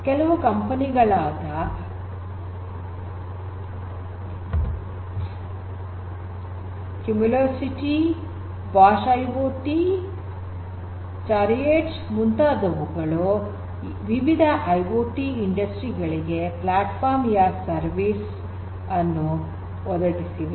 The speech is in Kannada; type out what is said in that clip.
ಕೆಲವು ಕಂಪನಿಗಳಾದ ಕ್ಯುಮುಲೋಸಿಟಿ ಬಾಷ್ ಐಓಟಿ ಚಾರ್ರಿಯಟ್ಸ್ ಮುಂತವಾದವುಗಳು ವಿವಿಧ ಐಓಟಿ ಇಂಡಸ್ಟ್ರಿ ಗಳಿಗೆ ಪ್ಲಾಟ್ಫಾರ್ಮ್ ಯಾಸ್ ಎ ಸರ್ವಿಸ್ ಅನ್ನು ಒದಗಿಸಿವೆ